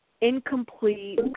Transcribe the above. Incomplete